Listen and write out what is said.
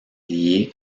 liée